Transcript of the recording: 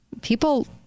People